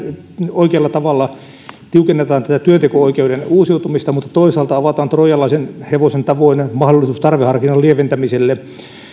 oikealla tavalla tiukennetaan työnteko oikeuden uusiutumista mutta toisaalta avataan troijalaisen hevosen tavoin mahdollisuus tarveharkinnan lieventämiselle